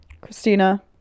Christina